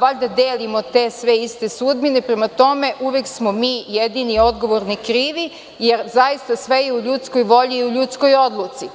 valjda delimo te sve iste sudbine, prema tome, uvek smo mi jedini i odgovorni, krivi, jer zaista sve je u ljudskoj volji i ljudskoj odluci.